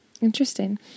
Interesting